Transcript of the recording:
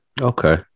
Okay